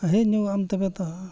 ᱦᱮᱡ ᱧᱚᱜᱚᱜ ᱟᱢ ᱛᱚᱵᱮ ᱛᱳ